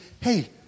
hey